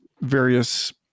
various